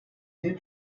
due